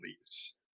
leaves